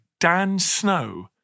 DANSNOW